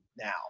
now